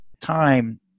time